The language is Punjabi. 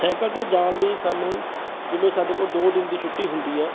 ਸਾਈਕਲ 'ਤੇ ਜਾਣ ਲਈ ਸਾਨੂੰ ਜਿਵੇਂ ਸਾਡੇ ਕੋਲ ਦੋ ਦਿਨ ਦੀ ਛੁੱਟੀ ਹੁੰਦੀ ਹੈ